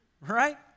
right